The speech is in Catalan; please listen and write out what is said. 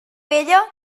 vella